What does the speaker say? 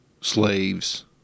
slaves